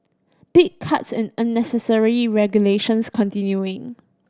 big cuts in unnecessary regulations continuing